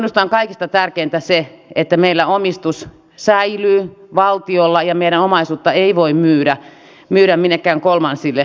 minusta on kaikista tärkeintä se että meillä omistus säilyy valtiolla ja meidän omaisuuttamme ei voi myydä minnekään kolmansille osapuolille